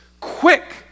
quick